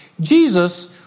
Jesus